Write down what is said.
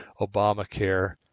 Obamacare